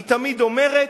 היא תמיד אומרת: